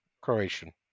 Croatian